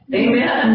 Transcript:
amen